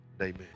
Amen